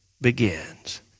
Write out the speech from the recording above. begins